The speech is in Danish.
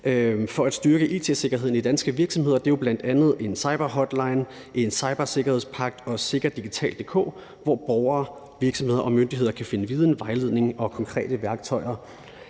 for at styrke it-sikkerheden i danske virksomheder, og det er jo bl.a. en cyberhotline, en cybersikkerhedspagt og Sikkerdigital.dk, hvor borgere, virksomheder og myndigheder kan finde viden, vejledning og konkrete værktøjer